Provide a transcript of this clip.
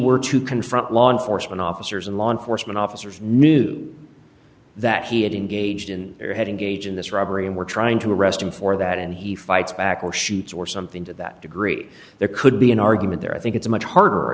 were to confront law enforcement officers and law enforcement officers knew that he had engaged in their head in gage in this robbery and were trying to arrest him for that and he fights back or shoots or something to that degree there could be an argument there i think it's much harder